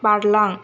बारलां